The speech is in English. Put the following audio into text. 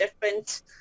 different